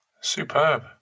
Superb